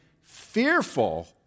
fearful